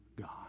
God